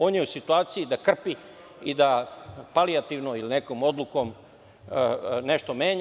On je u situaciji da krpi i da palijativno ili nekom odlukom nešto menja.